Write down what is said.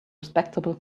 respectable